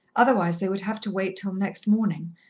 otherwise they would have to wait till next morning,